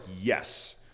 yes